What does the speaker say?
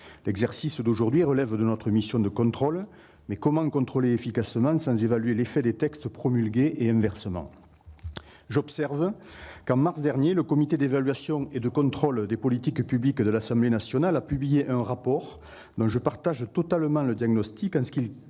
L'exercice d'aujourd'hui relève de notre mission de contrôle, mais comment contrôler efficacement sans évaluer l'effet des textes promulgués, et inversement ? J'observe qu'en mars dernier, le comité d'évaluation et de contrôle des politiques publiques de l'Assemblée nationale a publié un rapport, dont je partage totalement le diagnostic en ce qui